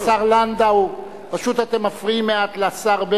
השר לנדאו,